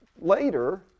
later